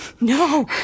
no